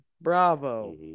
Bravo